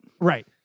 Right